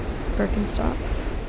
Birkenstocks